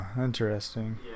interesting